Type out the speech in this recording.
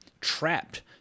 trapped